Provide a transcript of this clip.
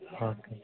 okay